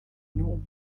n’umurimo